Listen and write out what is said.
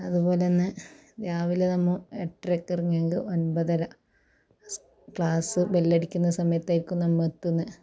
അതുപോലെന്നെ രാവിലെ നമ്മൾ എട്ടരയ്ക്ക് ഇറങ്ങിയെങ്കിൽ ഒൻപതര ക്ലാസ് ബെല്ല് അടിക്കുന്ന സമയത്തായിരിക്കും നമ്മൾ എത്തുന്നത്